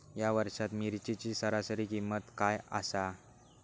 या वर्षात मिरचीची सरासरी किंमत काय आसा?